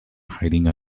hiding